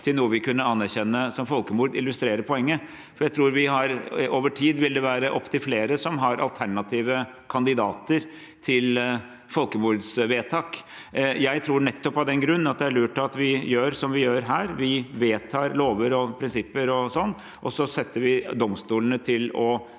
til noe vi kunne anerkjenne som folkemord, illustrerer poenget. Jeg tror at over tid vil det være opptil flere som har alternative kandidater til folkemordvedtak. Jeg tror nettopp av den grunn at det er lurt at vi gjør som vi gjør her: Vi vedtar lover og prinsipper og sånn, og så setter vi domstolene til å